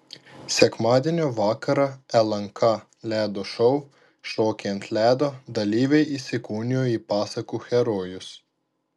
sekmadienio vakarą lnk ledo šou šokiai ant ledo dalyviai įsikūnijo į pasakų herojus